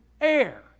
air